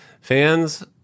Fans